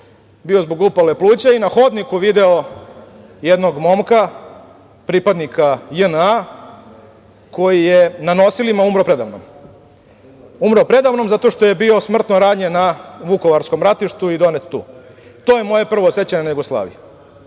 bio zbog upale pluća i na hodniku video jednog momka pripadnika JNA koji je na nosilima umro preda mnomzato što je bio smrtno ranjen na vukovarskom ratištu i donet tu. To je moje prvo sećanje na Jugoslaviju.